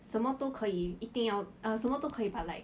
什么都可以一定要 err 什么都可以 but like